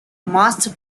master